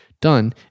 done